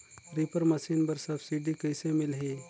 Reaper machine बर subsidy कइसे मिलही?